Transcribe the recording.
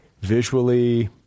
Visually